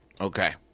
Okay